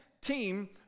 team